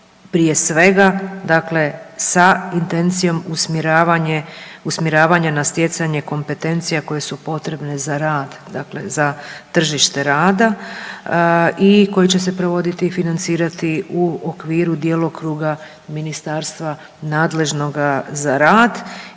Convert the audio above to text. prije svega dakle sa intencijom usmjeravanja na stjecanje kompetencija koje su potrebne za rad, dakle za tržište rada i koji će se provoditi i financirati u okviru djelokruga ministarstva nadležnoga za rad